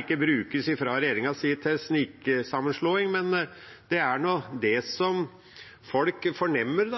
ikke brukes til sniksammenslåing fra regjeringas side, men det er nå det folk fornemmer